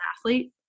athlete